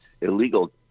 illegal